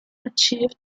achieved